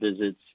visits